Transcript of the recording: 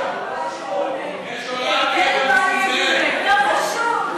הוא מעביר את כרטיס האשראי שלו.